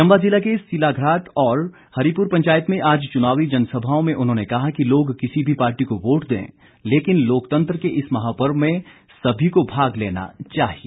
चंबा जिला के सिल्लाघ्राट और हरिपुर पंचायत में आज चुनावी जनसभाओं में उन्होंने कहा कि लोग किसी भी पार्टी को वोट दें लेकिन लोकतंत्र के इस महापर्व में सभी को भाग लेना चाहिए